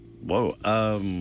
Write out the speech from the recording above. Whoa